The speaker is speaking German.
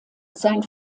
sein